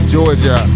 Georgia